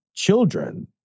children